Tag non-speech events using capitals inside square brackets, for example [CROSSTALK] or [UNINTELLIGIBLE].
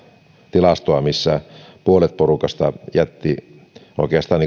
tilastoa missä puolet porukasta jätti oikeastaan [UNINTELLIGIBLE]